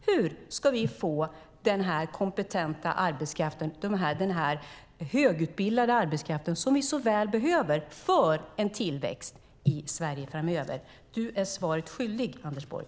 Hur ska vi få den kompetenta arbetskraften, den högutbildade arbetskraften, som vi så väl behöver för en tillväxt i Sverige framöver? Du är svaret skyldig, Anders Borg.